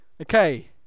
Okay